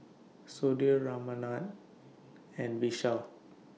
Sudhir Ramanand and Vishal